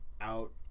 Out